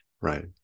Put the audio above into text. right